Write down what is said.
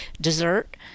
dessert